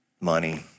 money